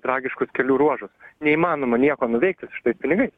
tragiškus kelių ruožus neįmanoma nieko nuveikti su šitais pinigais